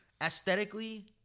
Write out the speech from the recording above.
Aesthetically